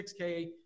$6K